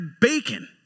bacon